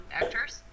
actors